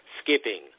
skipping